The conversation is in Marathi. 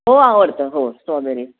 हो आवडतं हो स्ट्रॉबेरी